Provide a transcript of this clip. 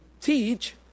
teach